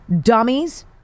dummies